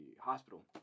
hospital